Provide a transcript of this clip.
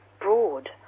broad